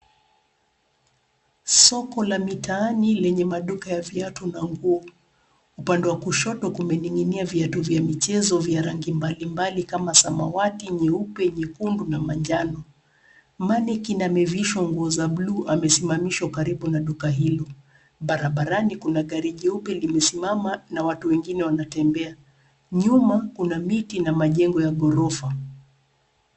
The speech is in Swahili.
Soko la mitaani lenye maduka ya viatu na nguo. Upande wa kushoto kumening'inia viatu vya michezo vya rangi mbali mbali kama samawati, nyeupe, nyekundu na manjano. Mannequin amevishwa nguo za buluu amesimamishwa karibu na duka hilo. Barabarani, kuna gari jeupe limesimama na watu wengine wanatembea. Nyuma, kuna miti na majengo ya ghorofa.